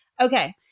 okay